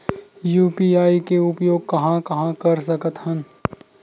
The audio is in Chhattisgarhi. यू.पी.आई के उपयोग कहां कहा कर सकत हन?